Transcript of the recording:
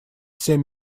семь